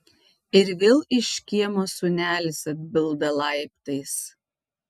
ir vėl iš kiemo sūnelis atbilda laiptais